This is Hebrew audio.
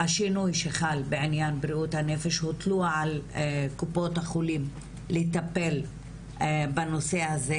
השינוי שחל בעניין בריאות הנפש הוטלו על קופות החולים לטפל בנושא הזה.